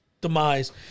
demise